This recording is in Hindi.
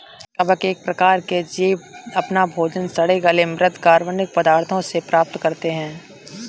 कवक एक प्रकार के जीव अपना भोजन सड़े गले म्रृत कार्बनिक पदार्थों से प्राप्त करते हैं